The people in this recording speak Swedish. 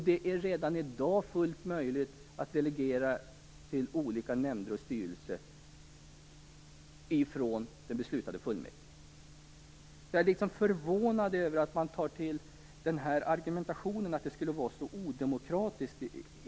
Det är redan i dag fullt möjligt att delegera från det beslutande fullmäktige till olika nämnder och styrelser. Jag är förvånad över att man tar till denna argumentation, att förslaget skulle innebära att det blir odemokratiskt.